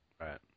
Right